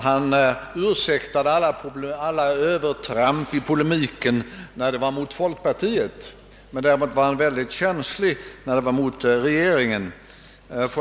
Han ursäktade alla övertramp i polemiken mot folkpartiet, men var däremot mycket känslig för polemik mot regeringen.